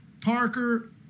Parker